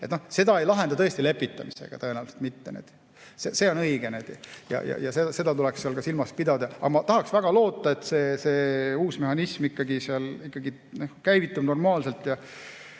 seda ei lahenda tõesti lepitamisega, tõenäoliselt mitte. See on õige. Seda tuleks ka silmas pidada. Aga ma tahaks väga loota, et see uus mehhanism ikkagi käivitub normaalselt.